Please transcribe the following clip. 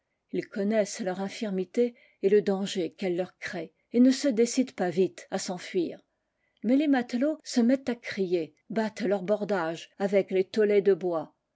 ils connaissent leur infirmité et le danger qu'elle leur crée et ne se décident pas vite à s'enfuir mais les matelots se mettent à crier battent leurs bordages avec les tolets de bois